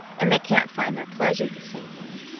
and they can't find their pleasure the same way.